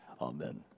amen